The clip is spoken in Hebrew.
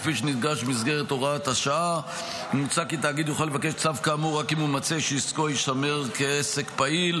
דרושה איזושהי תקופה של שקט זמני בדמות עיכוב הליכים קצר.